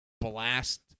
blast